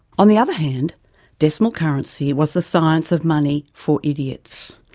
on the other hand decimal currency was the science of money for idiots.